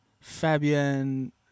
Fabian